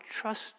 trust